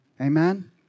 Amen